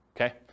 okay